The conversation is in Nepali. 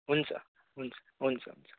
हुन्छ हुन्छ हुन्छ हुन्छ